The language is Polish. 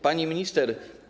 Pani Minister!